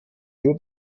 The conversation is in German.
nur